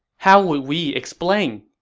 how would we explain?